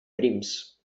prims